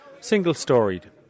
Single-storied